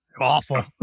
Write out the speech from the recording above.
awful